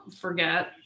forget